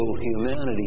humanity